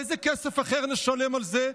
איזה כסף אחר נשלם על זה?